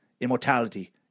immortality